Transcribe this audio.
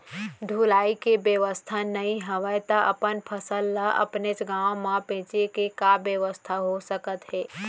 ढुलाई के बेवस्था नई हवय ता अपन फसल ला अपनेच गांव मा बेचे के का बेवस्था हो सकत हे?